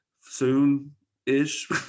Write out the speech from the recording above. soon-ish